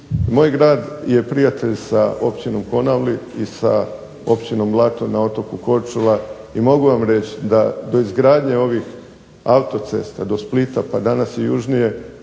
Moj grad je prijatelj sa općinom Konavle i sa općinom Blato na otoku Korčula i mogu vam reći da bez gradnje ovih autocesta do Splita pa danas i južnije